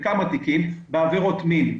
במספר תיקים בעבירות מין,